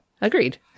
agreed